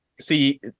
See